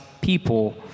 people